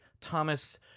thomas